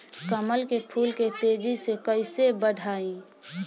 कमल के फूल के तेजी से कइसे बढ़ाई?